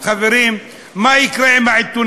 משפט אחרון: חברים, מה יקרה עם העיתונאים?